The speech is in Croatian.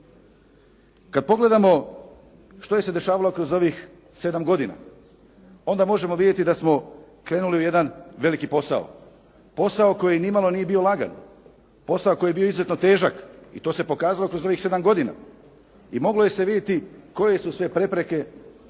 Kada pogledamo što je se dešavalo kroz ovih 7 godina, onda možemo vidjeti da smo krenuli u jedan veliki posao, posao koji nimalo nije bio lagan, posao koji je bio izuzetno težak i to se pokazalo kroz ovih 7 godina i moglo je se vidjeti koje su sve prepreke pred